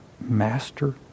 master